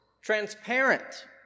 transparent